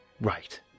right